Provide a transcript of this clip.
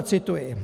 Cituji: